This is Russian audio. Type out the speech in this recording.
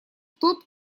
тот